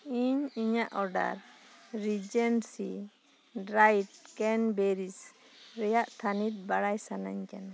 ᱤᱧ ᱤᱧᱟᱜ order regency dried cranberries ᱨᱮᱭᱟᱜ ᱛᱷᱟᱱᱤᱛ ᱵᱟᱰᱟᱭ ᱥᱟᱱᱟᱧ ᱠᱟᱱᱟ